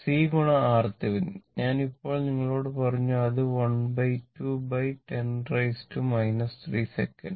C RThevenin ഞാൻ ഇപ്പോൾ നിങ്ങളോട് പറഞ്ഞു അത് 12 10 3 സെക്കൻഡ്